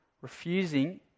refusing